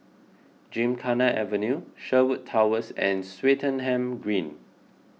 Gymkhana Avenue Sherwood Towers and Swettenham Green